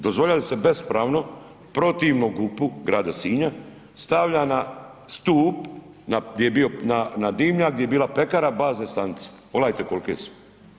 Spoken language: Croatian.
Dozvoljavate da se bespravno, protivno GUP-u Grada Sinja stavljana na stup, na, gdje je bio, na dimnjak, gdje je bila pekara, bazne stanice, pogledajte kol'ke su.